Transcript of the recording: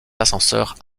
ascenseurs